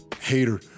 Hater